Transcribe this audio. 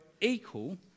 equal